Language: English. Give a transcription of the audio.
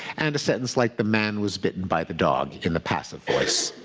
and a sentence like the man was bitten by the dog, in the passive voice.